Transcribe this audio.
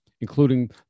including